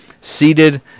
seated